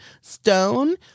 stone